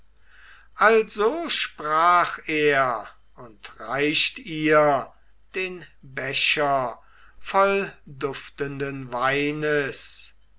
also sprach er und reicht ihr den becher voll duftenden weines